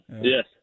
Yes